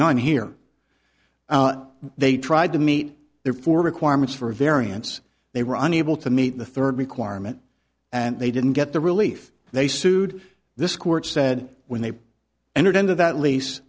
one here they tried to meet their four requirements for a variance they were unable to meet the third requirement and they didn't get the relief they sued this court said when they entered into that lease